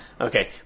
Okay